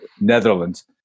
Netherlands